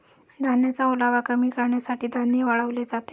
धान्याचा ओलावा कमी करण्यासाठी धान्य वाळवले जाते